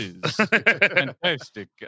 fantastic